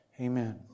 Amen